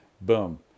Boom